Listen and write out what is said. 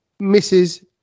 Mrs